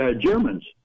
Germans